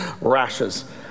rashes